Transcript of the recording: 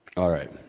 alright